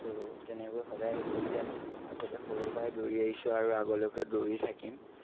আৰু তেনেকৈ সদায় দৌৰি আছোঁ আগতে সৰুৰপৰাই দৌৰি আহিছোঁ আৰু আগলৈকো দৌৰি থাকিম